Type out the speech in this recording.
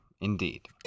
Indeed